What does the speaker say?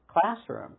classroom